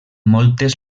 moltes